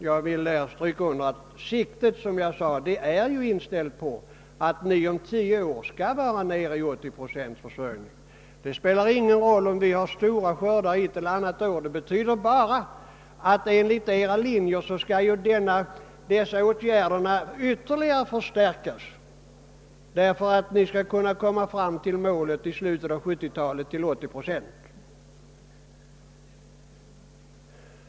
Jag vill understryka att siktet ju är inställt på att vi om 10 år skall vara nere i 80 procents försörjning. Det spelar ingen roll om vi har stora skördar ett eller annat år; regeringens linje betyder bara att åtgärder-- na skall ytterligare förstärkas för att vi. skall nå fram till målet 80 procent i slutet av 1970-talet.